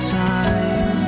time